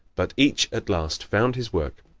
but each at last found his work,